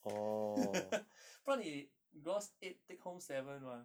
不然你 gross eight take home seven mah